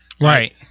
Right